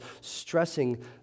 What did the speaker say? stressing